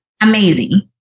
Amazing